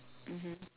mmhmm